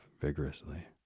vigorously